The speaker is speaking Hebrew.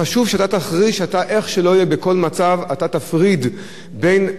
אתה תפריד בין הבחירות לכנסת לבחירות לרשויות.